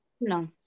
No